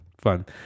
Fun